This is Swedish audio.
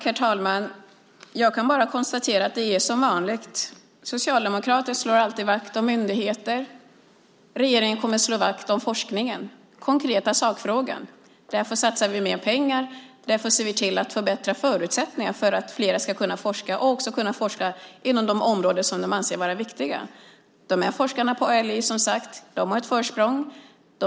Herr talman! Jag kan bara konstatera att det är som vanligt - Socialdemokraterna slår alltid vakt om myndigheter. Regeringen kommer att slå vakt om forskningen, den konkreta sakfrågan. Därför satsar vi mer pengar. Därför ser vi till att förbättra förutsättningarna för att fler ska kunna forska inom de områden som de anser vara viktiga. Forskarna på ALI har, som sagt, ett försprång.